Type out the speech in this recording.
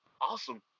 awesome